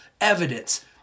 evidence